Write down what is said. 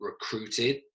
recruited